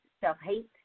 self-hate